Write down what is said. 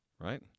right